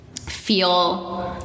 feel